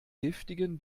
giftigen